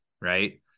Right